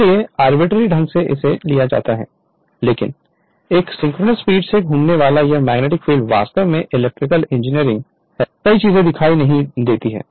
इसलिए आर्बिट्रेरी ढंग से इसे लिया जाता है लेकिन एक सिंक्रोनस स्पीड से घूमने वाला यह मैग्नेटिक फील्ड वास्तव में इलेक्ट्रिकल इंजीनियरिंग है कई चीजें दिखाई नहीं देती हैं